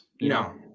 No